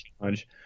challenge